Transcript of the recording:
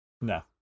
No